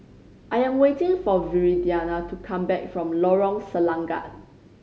I am waiting for Viridiana to come back from Lorong Selangat